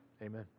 Amen